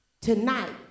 tonight